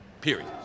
Period